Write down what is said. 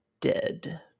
dead